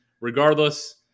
regardless